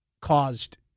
caused